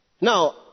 Now